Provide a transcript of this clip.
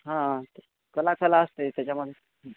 हा कला कला असते त्याच्यामध्ये